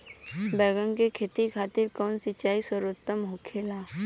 बैगन के खेती खातिर कवन सिचाई सर्वोतम होखेला?